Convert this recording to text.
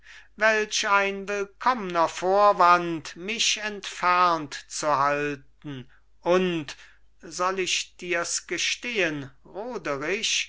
welch ein willkommner vorwand mich entfernt zu halten und soll ich dirs gestehen